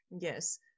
Yes